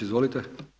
Izvolite.